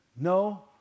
no